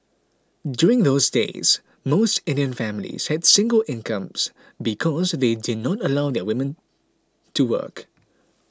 during those days most Indian families had single incomes because they did not allow their women to work